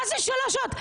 מה זה שלוש שעות?